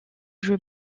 jeux